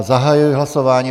Zahajuji hlasování.